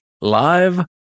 live